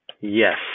Yes